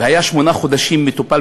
והיה מטופל שמונה חודשים בבתי-חולים,